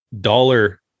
dollar